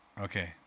okay